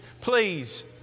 Please